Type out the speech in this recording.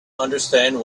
understand